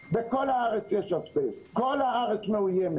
היא ממובילות הפורום האזרחי לקידום הבריאות בגליל,